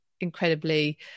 incredibly